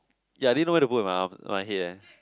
ya I didn't know where to put in my house my head eh